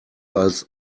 als